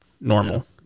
normal